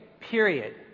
period